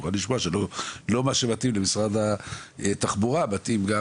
לא מה שמתאים למשרד התחבורה מתאים גם